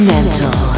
Mental